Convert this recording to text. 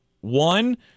One